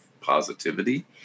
positivity